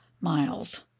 miles